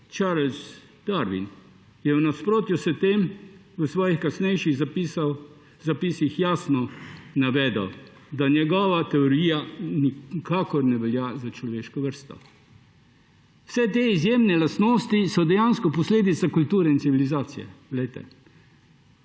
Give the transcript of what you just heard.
Charles Darwin je v nasprotju s tem v svojih kasnejših zapisih jasno navedel, da njegova teorija nikakor ne velja za človeško vrsto. Vse te izjemne lastnosti so dejansko posledica kulture in civilizacije.